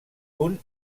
punt